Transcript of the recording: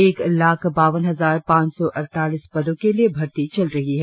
एक लाख बावन हजार पांच सौ अड़तालीस पदों के लिये भर्ती चल रही है